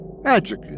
Magic